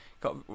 Got